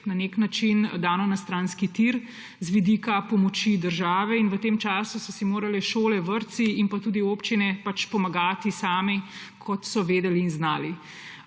na nek način dano na stranski tir z vidika pomoči države. V tem času so si morali šole, vrtci in tudi občine pač pomagati sami, kot so vedeli in znali.